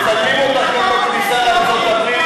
מצלמים אותך גם בכניסה לארצות-הברית